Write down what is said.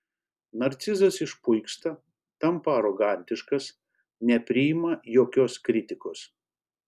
narcizas išpuiksta tampa arogantiškas nepriima jokios kritikos